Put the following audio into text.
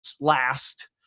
last